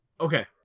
Okay